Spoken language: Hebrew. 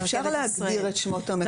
אפשר להגדיר את שמות המקומות.